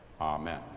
Amen